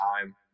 time